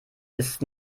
ist